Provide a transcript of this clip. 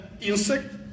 insect